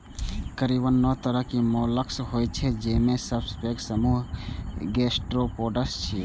करीब नौ तरहक मोलस्क होइ छै, जेमे सबसं पैघ समूह गैस्ट्रोपोड्स छियै